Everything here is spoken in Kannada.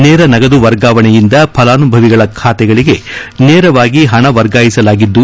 ನೇರ ನಗದು ವರ್ಗಾವಣೆಯಿಂದ ಫಲಾನುಭವಿಗಳ ಖಾತೆಗಳಿಗೆ ನೇರವಾಗಿ ಹಣ ವರ್ಗಾಯಿಸಲಾಗಿದ್ದು